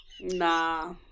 Nah